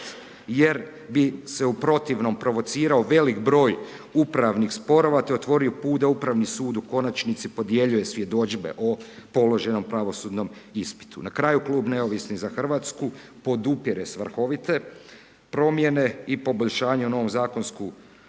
jer bi se u protivnom provocirao velik broj upravnih sporova te otvorio put da Upravni sud u konačnici podjeljuje svjedodžbe o položenom pravosudnom ispitu. Na kraju, klub Neovisni za Hrvatsku podupire svrhovite promjene i poboljšanja u novom zakonskom